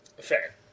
Fair